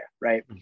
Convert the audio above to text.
right